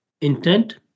intent